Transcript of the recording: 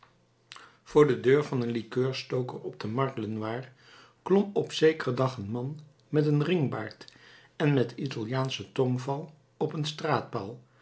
voor de deur van een likeurstoker op de markt lenoir klom op zekeren dag een man met een ringbaard en met italiaanschen tongval op een